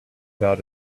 about